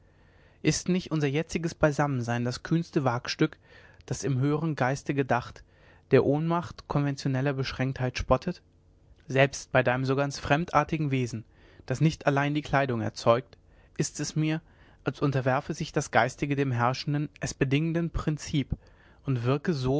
ist nicht unser jetziges beisammensein das kühnste wagstück das im höheren geiste gedacht der ohnmacht konventioneller beschränktheit spottet selbst bei deinem so ganz fremdartigen wesen das nicht allein die kleidung erzeugt ist es mir als unterwerfe sich das geistige dem herrschenden es bedingenden prinzip und wirke so